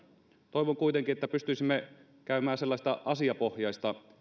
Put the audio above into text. toivon kuitenkin että pystyisimme käymään sellaista asiapohjaista